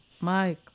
Mike